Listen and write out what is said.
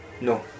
no